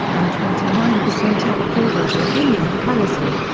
and twenty nine percent have a favorable opinion of pelosi.